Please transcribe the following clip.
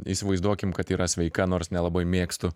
įsivaizduokim kad yra sveika nors nelabai mėgstu